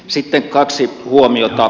sitten kaksi huomiota